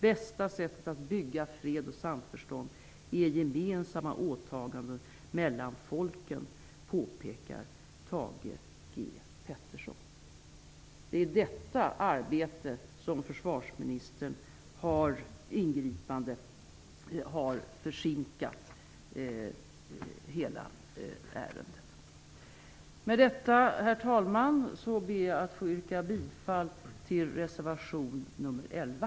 Bästa sättet att bygga fred och samförstånd är gemensamma åtaganden mellan folken, påpekar Thage G Peterson. Det är detta ingripande av försvarsministern som har försinkat hela ärendet. Med detta, herr talman, ber jag att få yrka bifall till reservation nr 11.